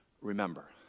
remember